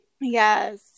Yes